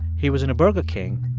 he was in a burger king,